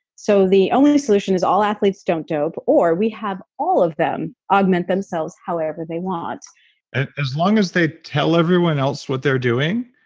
so the only solution is all athletes don't dope or we have all of them augment themselves however they want as long as they tell everyone else what they're doing,